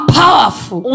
powerful